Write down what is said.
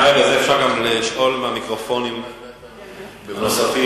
מעתה אפשר לשאול מהמיקרופונים הנוספים,